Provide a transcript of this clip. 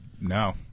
no